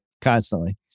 constantly